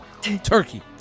Turkey